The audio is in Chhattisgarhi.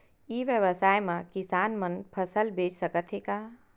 ई व्यवसाय म किसान मन फसल बेच सकथे का?